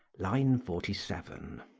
line forty seven.